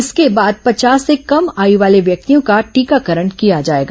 इसके बाद पचास से कम आयु वाले व्यक्तियों का टीकाकरण किया जाएगा